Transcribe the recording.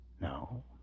No